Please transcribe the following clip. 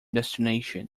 destination